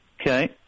Okay